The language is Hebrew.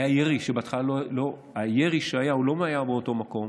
הירי שהיה לא היה באותו מקום,